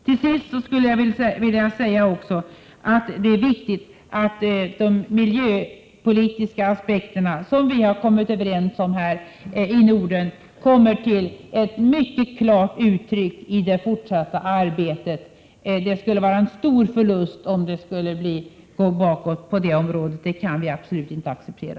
Till sist vill jag framhålla att det är viktigt att de miljöpolitiska aspekterna, som vi nått enighet om här i Norden, kommer till mycket klart uttryck i det fortsatta arbetet. Det skulle vara en stor förlust om det gick bakåt på det området. Något sådant kan vi absolut inte acceptera.